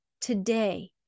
today